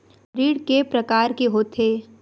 ऋण के प्रकार के होथे?